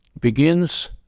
begins